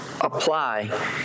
apply